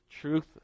truth